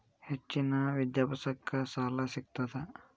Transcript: ಹೆಚ್ಚಿನ ವಿದ್ಯಾಭ್ಯಾಸಕ್ಕ ಸಾಲಾ ಸಿಗ್ತದಾ?